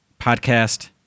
podcast